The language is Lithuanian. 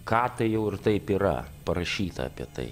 ką tai jau ir taip yra parašyta apie tai